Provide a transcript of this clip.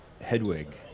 Hedwig